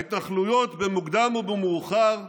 ההתנחלויות במוקדם או במאוחר יימחקו.